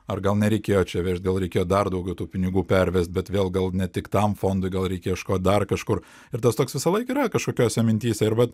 ar gal nereikėjo čia vežt gal reikėjo dar daugiau tų pinigų pervest bet vėl gal ne tik tam fondui gal reikia kažko dar kažkur ir tas toks visąlaik yra kažkokiose mintyse ir vat